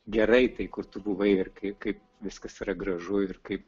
gerai tai kur tu buvai ir kaip viskas yra gražu ir kaip